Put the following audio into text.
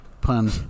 pun